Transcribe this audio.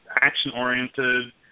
action-oriented